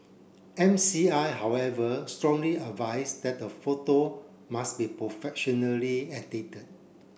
M C I however strongly advised that the photo must be professionally edited